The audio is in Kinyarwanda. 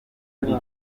muri